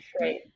right